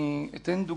אני אביא דוגמה.